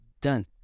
done